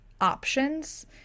options